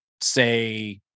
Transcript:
Say